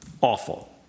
Awful